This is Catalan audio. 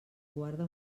guarda